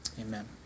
Amen